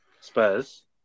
Spurs